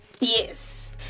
Yes